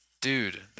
Dude